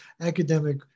academic